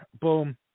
boom